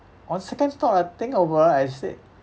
on second thought I think over I said